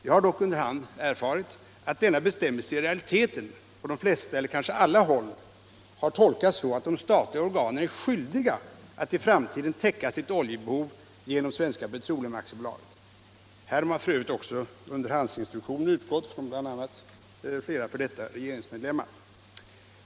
Jag har dock under hand erfarit att denna bestämmelse i realiteten på alla håll tolkats så att de statliga organen är skyldiga att i framtiden täcka sitt oljebehov genom Svenska Petroleum AB. Härom har f. ö. också underhandsinstruktioner utgått från bl.a. flera f. d. regeringsmedlemmar.